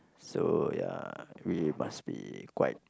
so ya we must be quite